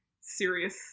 serious